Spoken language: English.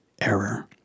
error